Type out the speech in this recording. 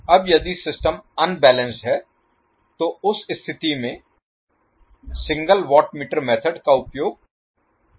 अब यदि system unbalanced है तो उस स्थिति में सिंगल वाट मीटर मेथड का उपयोग नहीं किया जा सकता है